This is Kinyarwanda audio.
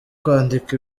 kwandika